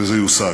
וזה יושג.